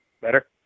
Better